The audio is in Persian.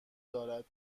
دارد